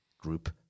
group